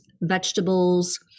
vegetables